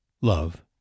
Love